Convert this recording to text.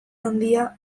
handia